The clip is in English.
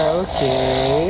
okay